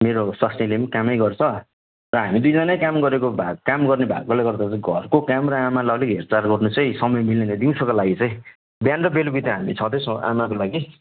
मेरो स्वास्नीले पनि कामै गर्छ र हामी दुईजनै काम गरेको भए काम गर्नेभएकोले गर्दा चाहिँ घरको काम र आमालाई अलिक हेरचार गर्नु चाहिँ समय मिलेन दिउँसोको लागि चाहिँ बिहान र बेलुकी त हामी छँदैछौँ आमाको लागि